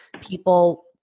people